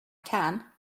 can